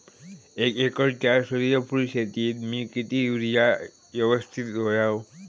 एक एकरच्या सूर्यफुल शेतीत मी किती युरिया यवस्तित व्हयो?